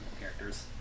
characters